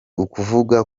ukuvuga